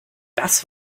das